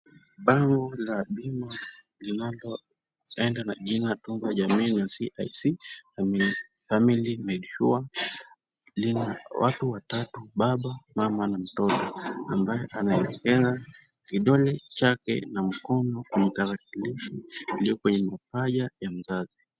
Bango la bima linaloenda na jina Tunza Jamii ya CIC Family Medisure lina watu watatu baba, mama na mtoto ambaye ananyoshea kidole chake na mkono kwenye tarakilishi iliyo kwenye mapaja ya mzazi.